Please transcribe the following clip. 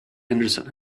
henderson